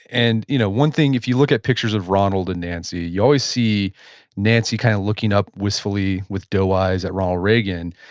and you know one thing, if you look at pictures of ronald and nancy, you always see nancy kind of looking up wistfully, with doe eyes, at ronald reagan.